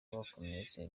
bakomeretse